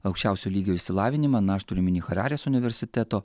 aukščiausio lygio išsilavinimą na aš turiu omeny hararės universiteto